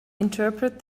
interpret